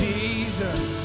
Jesus